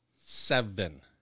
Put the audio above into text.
Seven